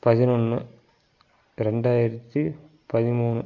பதினொன்று ரெண்டாயிரத்து பதிமூணு